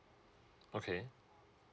okay